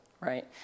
right